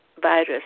virus